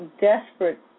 desperate